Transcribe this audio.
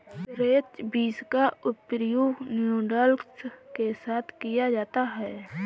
French beans का प्रयोग noodles के साथ किया जाता है